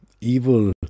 evil